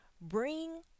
bring